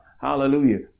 Hallelujah